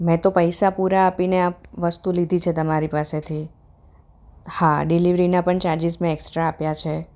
મેં તો પૈસા પૂરા આપીને આ વસ્તુ લીધી છે તમારી પાસેથી હા ડિલિવરીના પણ ચાર્જિસ મેં એકસ્ટ્રા આપ્યા છે